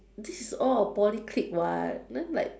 this is all our Poly click [what] then like